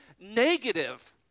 negative